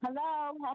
hello